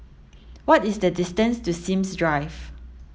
what is the distance to Sims Drive